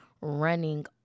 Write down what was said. running